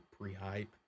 pre-hype